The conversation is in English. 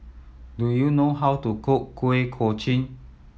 do you know how to cook Kuih Kochi